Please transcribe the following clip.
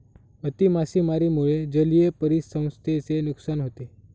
अति मासेमारीमुळे जलीय परिसंस्थेचे नुकसान होते